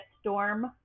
storm